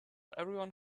everyone